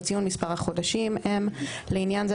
בציון מספר החודשים (M); לעניין זה,